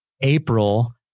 April